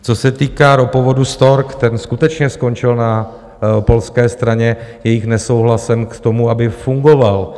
Co se týká ropovodu Stork, ten skutečně skončil na polské straně jejich nesouhlasem k tomu, aby fungoval.